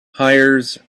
hires